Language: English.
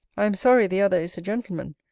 i am sorry the other is a gentleman,